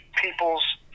people's